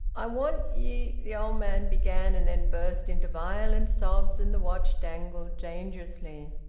i want ye the old man began, and then burst into violent sobs and the watch dangled dangerously.